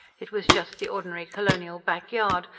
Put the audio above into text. it was just the ordinary colonial backyard,